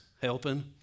helping